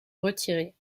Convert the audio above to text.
retirés